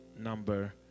number